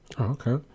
okay